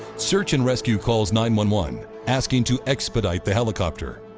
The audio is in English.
search and rescue calls nine one one, asking to expedite the helicopter.